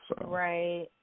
Right